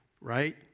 right